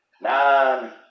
nine